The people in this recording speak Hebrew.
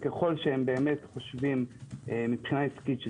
ככל שהם באמת חושבים מבחינה עסקית-